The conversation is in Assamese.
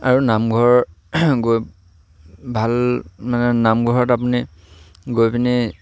আৰু নামঘৰ গৈ ভাল মানে নামঘৰত আপুনি গৈ পিনি